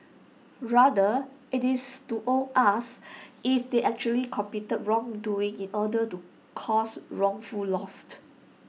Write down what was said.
rather IT is to all us if they actually committed wrongdoing in order to cause wrongful lost